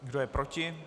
Kdo je proti?